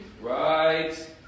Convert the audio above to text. Right